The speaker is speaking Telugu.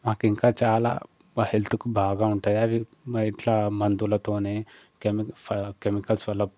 మాకు ఇంకా చాలా మా హెల్త్కు బాగా ఉంటాయి అవి నైట్లా మందులతోనే కెమిక ఫా కెమికల్స్ వల్ల